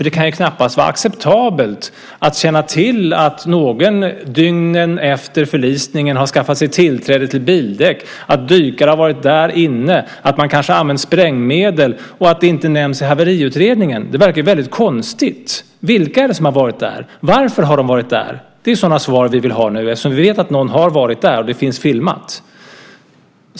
Det kan ju knappast vara acceptabelt att känna till att någon dygnen efter förlisningen har skaffat sig tillträde till bildäck, att dykare har varit därinne, att man kanske har använt sprängmedel och att det inte nämns i haveriutredningen. Det verkar ju väldigt konstigt. Vilka är det som har varit där? Varför har de varit där? Det är sådana frågor som vi vill ha svar på, eftersom vi vet att någon har varit där och det finns filmat.